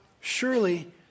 surely